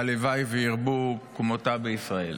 והלוואי וירבו כמותה בישראל.